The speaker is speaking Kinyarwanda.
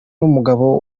n’umugabo